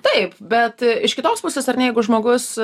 taip bet iš kitos pusės ar ne jeigu žmogus